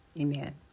Amen